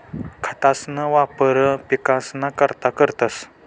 खतंसना वापर पिकसना करता करतंस